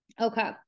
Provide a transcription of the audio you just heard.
Okay